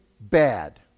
bad